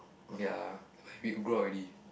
ya but we grow up already